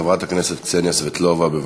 חברת הכנסת קסניה סבטלובה, בבקשה.